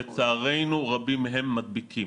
לצערנו רבים מהם מדביקים.